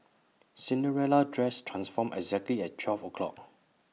Cinderella's dress transformed exactly at twelve o'clock